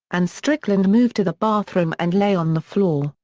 and strickland moved to the bathroom and lay on the floor,